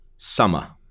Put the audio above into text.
Summer